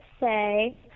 say